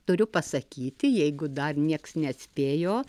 turiu pasakyti jeigu dar nieks neatspėjo